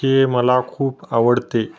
हे मला खूप आवडते